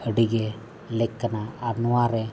ᱟᱹᱰᱤᱜᱮ ᱞᱮᱠ ᱠᱟᱱᱟ ᱟᱨ ᱱᱚᱣᱟᱨᱮ